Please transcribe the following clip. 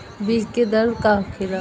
बीज के दर का होखेला?